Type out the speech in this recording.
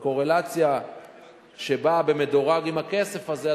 בקורלציה שבאה במדורג עם הכסף הזה,